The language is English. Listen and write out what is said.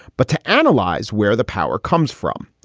but to analyze where the power comes from.